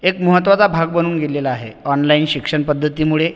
एक महत्वाचा भाग बनून गेलेला आहे ऑनलाइन शिक्षणपद्धतीमुळे